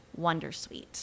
Wondersuite